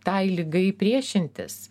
tai ligai priešintis